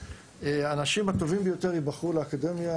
האנשים הטובים ביותר ייבחרו לאקדמיה,